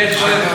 היה שקט מדי.